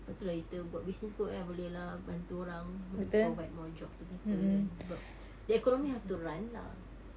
sebab itu lah kita buat business kot kan boleh lah bantu orang maybe provide more jobs to people kan sebab the economy have to run lah